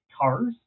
cars